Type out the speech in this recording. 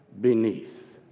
beneath